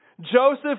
Joseph